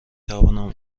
توانم